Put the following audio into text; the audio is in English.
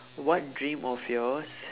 what dream of yours